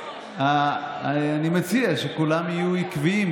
אני מציע שכולם יהיו עקביים,